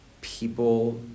people